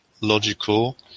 logical